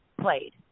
played